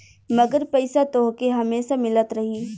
मगर पईसा तोहके हमेसा मिलत रही